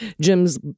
jim's